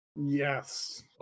Yes